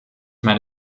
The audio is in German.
meine